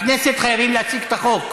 בכנסת חייבים להציג את החוק.